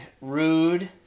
Rude